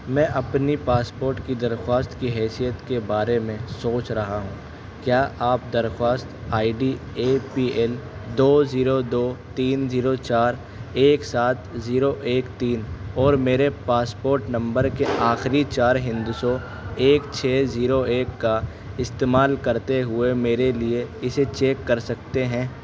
میں اپنی پاسپوٹ کی درخواست کی حیثیت کے بارے میں سوچ رہا ہوں کیا آپ درخواست I D A P L دو زیرو دو تین زیرو چار ایک سات زیرو ایک تین اور میرے پاسپوٹ نمبر کے آخری چار ہندسوں ایک چھ زیرو ایک کا استعمال کرتے ہوئے میرے لیے اسے چیک کر سکتے ہیں